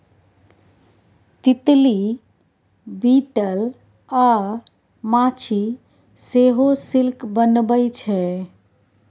तितली, बिटल अ माछी सेहो सिल्क बनबै छै